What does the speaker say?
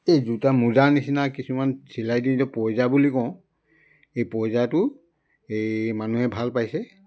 এই জোতা মোজাৰ নিচিনা কিছুমান চিলাই দি যে পইজা বুলি কওঁ এই পইজাটো এই মানুহে ভাল পাইছে